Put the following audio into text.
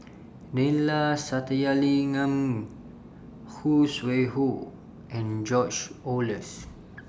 Neila Sathyalingam Khoo Sui Hoe and George Oehlers